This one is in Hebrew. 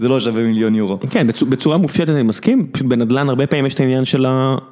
זה לא שווה מיליון יורו. כן, בצורה מופשטת אני מסכים, פשוט בנדלן הרבה פעמים יש את העניין של ה...